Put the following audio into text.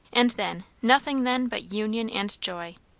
and then nothing then but union and joy.